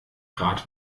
grad